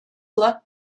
luck